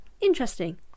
interesting